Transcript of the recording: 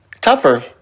Tougher